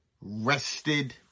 rested